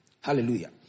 Hallelujah